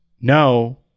no